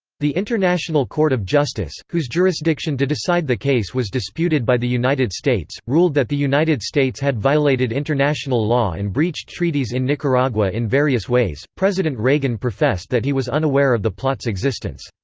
the international court of justice, whose jurisdiction to decide the case was disputed by the united states, states, ruled that the united states had violated international law and breached treaties in nicaragua in various ways president reagan professed that he was unaware of the plot's existence.